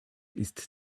ist